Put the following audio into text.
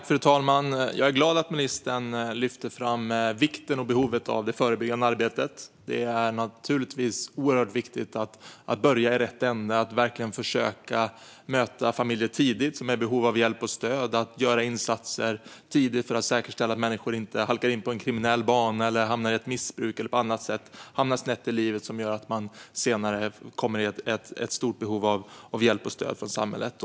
Fru talman! Jag är glad att ministern lyfte fram vikten och behovet av det förebyggande arbetet. Det är naturligtvis oerhört viktigt att börja i rätt ände. Det gäller att verkligen försöka möta familjer med behov av hjälp och stöd med insatser tidigt för att säkerställa att människor inte halkar in på en kriminell bana, hamnar i ett missbruk eller på annat sätt hamnar snett i livet som gör att man senare hamnar i ett stort behov av hjälp och stöd från samhället.